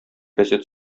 газета